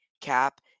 cap